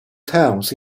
towns